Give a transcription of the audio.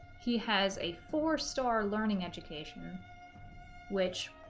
he has a four star learning education which